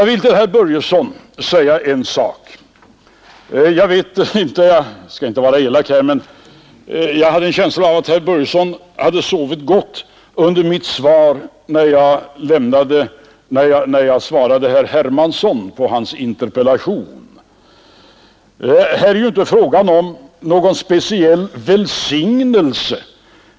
Till herr Börjesson i Glömminge vill jag säga en sak. Jag skall inte vara elak här, men jag hade en känsla av att herr Börjesson hade sovit gott när jag svarade herr Hermansson på hans interpellation. Här är det ju inte fråga om någon speciell välsignelse.